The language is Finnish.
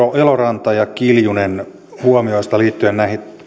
eloranta ja kiljunen huomioista liittyen